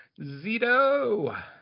Zito